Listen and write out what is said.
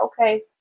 Okay